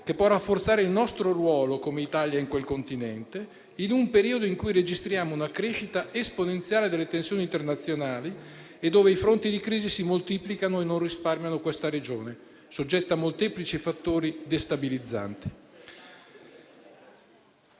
che possa rafforzare il nostro ruolo, come Italia, in quel Continente, in un periodo in cui registriamo una crescita esponenziale delle tensioni internazionali e dove i fronti di crisi si moltiplicano e non risparmiano questa regione, soggetta a molteplici fattori destabilizzanti.